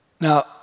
Now